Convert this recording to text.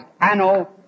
Anno